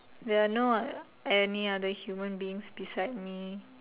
there are no any other human beings beside me